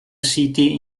city